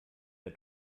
der